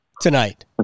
tonight